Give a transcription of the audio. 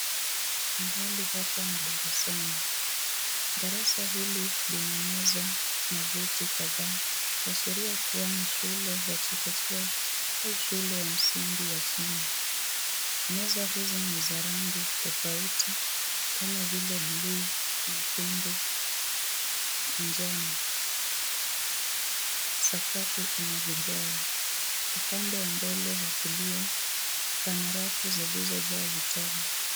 Mahali hapa ni darasani. Darasi hili lina meza na viti kadhaa kuashiria ni shule ya chekechea au shule ya msingi ya chini. Meza hizi ni za rangi tofauti kama vile blue , nyekundu na njano. Sakafu ina vigae. Upande wa mbele wa kulia, pana rafu iliyojaa vitabu.